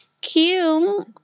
cute